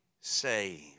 saved